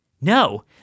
No